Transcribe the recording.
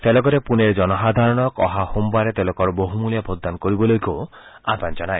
তেওঁ লগতে পুনেৰ জনসাধাৰণক অহা সোমবাৰে তেওঁলোকৰ বহুমূলীয়া ভোটদান কৰিবলৈকো আহবান জনায়